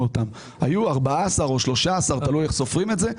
היו 14 או 13, תלוי איך סופרים את זה.